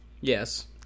yes